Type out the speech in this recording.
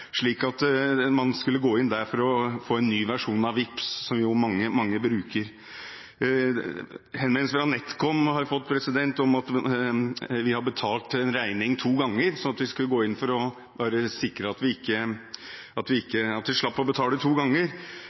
slik at man skulle gå inn der for å få en ny versjon av Vipps, som jo mange bruker. Henvendelser fra NetCom har vi fått, om betaling av en regning to ganger – vi skulle gå inn for å være sikker på at vi ikke betalte to ganger. Vi har fått henvendelse fra Sparebank 1, Danske Bank, Nets osv. om at vi